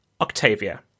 Octavia